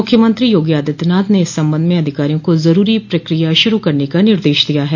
मुख्यमंत्री योगी आदित्यनाथ ने इस संबंध में अधिकारियों को जरूरी प्रक्रिया शुरू करने का निर्देश दिया है